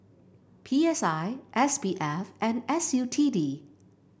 P S I S B F and S U T D